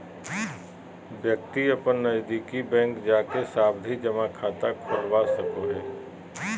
व्यक्ति अपन नजदीकी बैंक जाके सावधि जमा खाता खोलवा सको हय